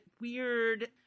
weird